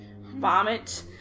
Vomit